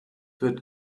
wird